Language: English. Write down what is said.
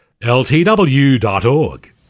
LTW.org